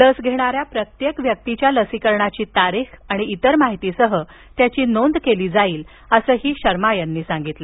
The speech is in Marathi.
लस घेणाऱ्या प्रत्येक व्यक्तीच्या लसीकरणाची तारीख आणि इतर माहितीसह त्याची नोंद केली जाईल असंही शर्मा यांनी सांगितलं